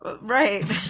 Right